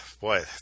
boy